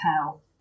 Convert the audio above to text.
tell